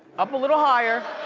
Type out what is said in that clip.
up a little higher,